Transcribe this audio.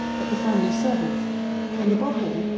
but the family servants and, above all,